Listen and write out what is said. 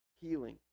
Healing